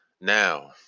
Now